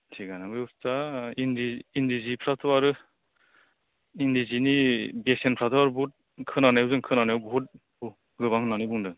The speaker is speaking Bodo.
थिगानो बे बुस्थुआ इन्दि इन्दि जिफ्राथ' आरो इन्दि जिनि बेसेनफ्राथ' बुहुथ खोनायाव जों खोनानायाव बुहुथ गोबां होन्नानै बुंदों